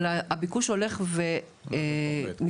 אבל הביקוש הולך ומצטמצם,